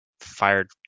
fired